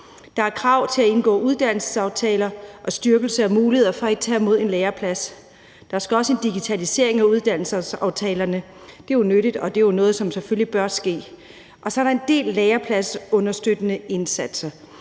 Der er krav til at indgå uddannelsesaftaler og styrkelse af muligheder for at tage imod en læreplads. Der er også en digitalisering af uddannelsesaftalerne, og det er jo nyttigt, og det er noget, som selvfølgelig bør ske. Så er der en del lærepladsunderstøttende indsatser.